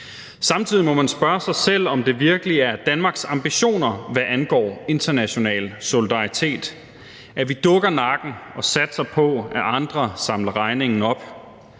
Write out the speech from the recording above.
Samtidig må man spørge sig selv, om det virkelig er Danmarks ambitioner, hvad angår international solidaritet, at vi dukker nakken og satser på, at andre samler regningen op.